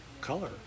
color